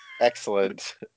Excellent